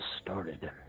started